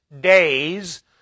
days